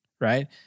right